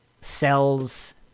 cells